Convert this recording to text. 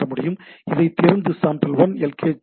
இதை திறந்து sample one S